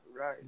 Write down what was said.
right